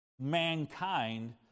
mankind